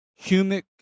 humic